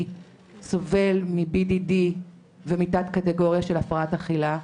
סובל מ-BDD ומתת קטגוריה של הפרעת אכילה.